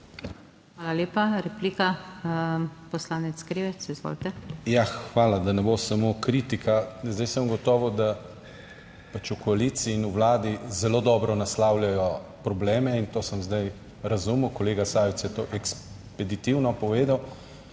Hvala lepa. Replika, poslanec Krivec, izvolite. DANIJEL KRIVEC (PS SDS): Ja, hvala, da ne bo samo kritika. Zdaj sem ugotovil, da pač v koaliciji in v Vladi zelo dobro naslavljajo probleme in to sem zdaj razumel, kolega Sajovic je to ekspeditivno povedal,